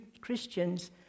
Christians